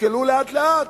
תשקלו לאט לאט.